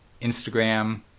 instagram